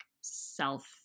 self